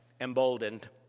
emboldened